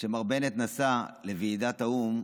כשמר בנט נסע לוועידת האו"ם,